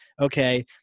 Okay